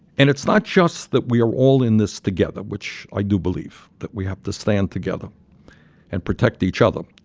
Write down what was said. and it's not just that we are all in this together, which i do believe that we have to stand together and protect each other.